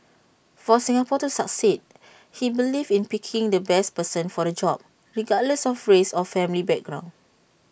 for Singapore to succeed he believed in picking the best person for the job regardless of race or family background